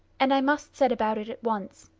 and i must set about it at once.